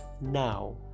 Now